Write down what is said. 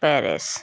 Paris